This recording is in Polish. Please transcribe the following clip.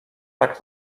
tak